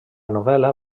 novel·la